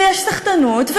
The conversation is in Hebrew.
ויש סחטנות,